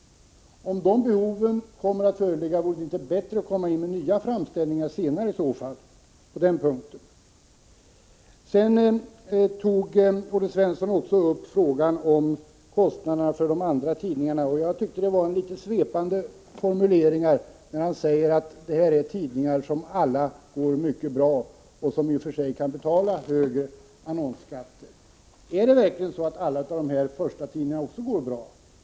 Om sådana behov uppkommer, vore det väl bättre att komma in med nya framställningar senare. Olle Svensson tog också upp frågan om kostnaderna för de andra tidningarna. Jag tyckte det var litet svepande formuleringar när han sade att det är tidningar som alla går mycket bra och som kan betala högre annonsskatt. Är det verkligen så att alla dessa förstatidningar går bra?